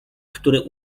który